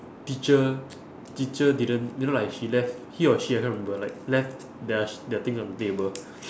teacher teacher didn't you know like she left he or she I can't remember like left their sh~ their things on the table